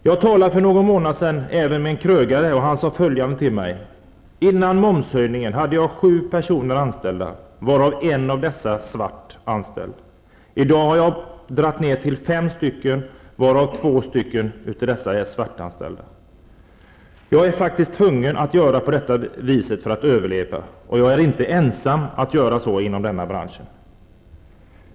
Jag talade för någon månad sedan med en krögare, och han sade följande till mig: Före momshöjningen hade jag sju personer anställda, varav en svartanställd. I dag har jag dragit ned till fem anställda, varav två svartanställda. Jag är tvungen att göra på det viset för att överleva, och jag är inte ensam inom denna bransch om att göra så.